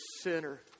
sinner